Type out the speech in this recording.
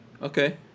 Okay